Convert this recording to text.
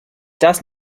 das